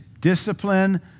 discipline